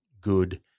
good